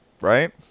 right